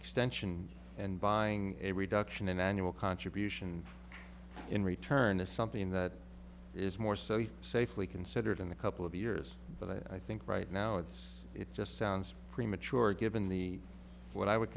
extension and buying a reduction in annual contribution in return is something that is more so safely considered in a couple of years but i think right now it's it just sounds premature given the what i would